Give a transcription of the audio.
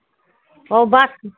और बास